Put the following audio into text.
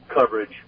coverage